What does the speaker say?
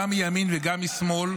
גם מימין וגם משמאל,